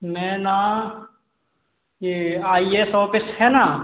मैं ना ये आई ए स ऑफिस है ना